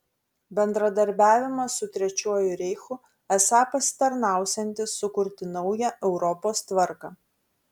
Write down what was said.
bendradarbiavimas su trečiuoju reichu esą pasitarnausiantis sukurti naują europos tvarką